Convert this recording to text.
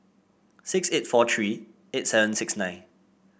six eight four three eight seven six nine